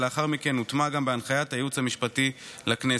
שלאחר מכן הוטמע גם בהנחיית הייעוץ המשפטי לכנסת.